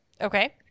Okay